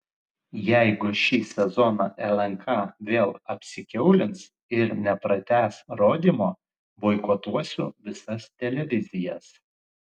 jeigu šį sezoną lnk vėl apsikiaulins ir nepratęs rodymo boikotuosiu visas televizijas